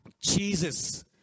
Jesus